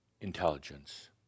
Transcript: intelligence